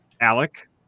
Alec